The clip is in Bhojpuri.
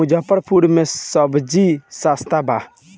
मुजफ्फरपुर में सबजी सस्ता बा